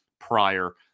prior